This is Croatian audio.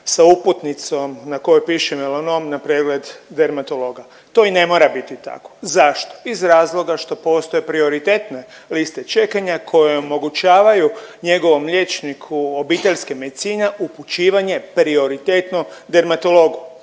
sa uputnicom na kojoj piše melanom na pregled dermatologa, to i ne mora biti tako. Zašto? Iz razloga što postoje prioritetne liste čekanja koje omogućavaju njegovom liječniku obiteljske medicine upućivanje prioritetno dermatologu.